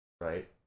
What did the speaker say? Right